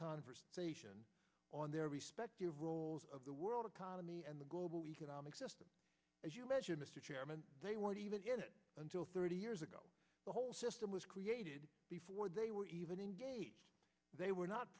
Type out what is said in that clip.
conversation on their respective roles of the world economy and the global economic system as you mentioned mr chairman they weren't even until thirty years ago the whole system was created before they were even if they were not